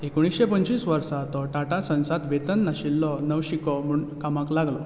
एकुणशें पंचवीस वर्सा तो टाटा सन्सांत वेतन नाशिल्लो नवशिको म्हणून कामाक लागलो